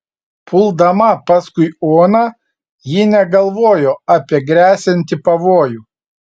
puldama paskui oną ji negalvojo apie gresiantį pavojų